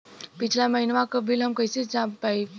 पिछला महिनवा क बिल हम कईसे जान पाइब?